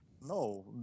No